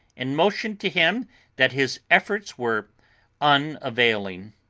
and motioned to him that his efforts were unavailing.